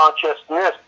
consciousness